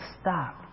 stop